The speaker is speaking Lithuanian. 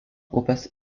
upės